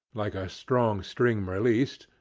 like a strong spring released,